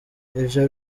ivyo